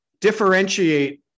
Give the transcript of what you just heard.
differentiate